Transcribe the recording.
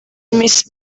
miss